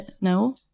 no